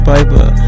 Piper